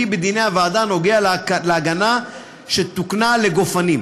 בדיוני הוועדה קשור להגנה שתוקנה על גופנים.